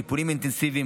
טיפולים אינטנסיביים,